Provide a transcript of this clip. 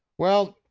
well,